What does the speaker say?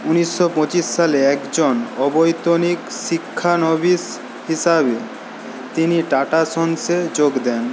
ঊনিশশো পঁচিশ সালে একজন অবৈতনিক শিক্ষানবিশ হিসাবে তিনি টাটা সন্সে যোগ দেন